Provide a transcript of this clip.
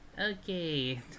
okay